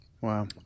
Wow